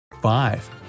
Five